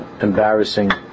embarrassing